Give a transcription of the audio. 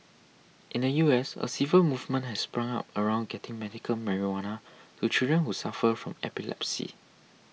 in the U S a civil movement has sprung up around getting medical marijuana to children who suffer from epilepsy